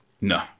no